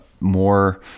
more